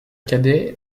cadet